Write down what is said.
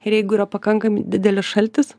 ir jeigu yra pakankamai didelis šaltis